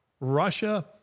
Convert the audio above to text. Russia